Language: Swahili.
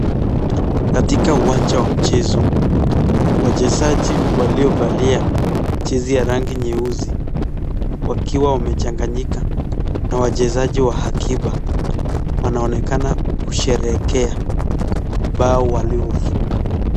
Katika uwanja wa mchezo wachezaji waliovalia jezi ya rangi nyeusi wakiwa wamechanganyika na wachezaji wa hakiba wanaonekana kusherehekea bao waliofunga.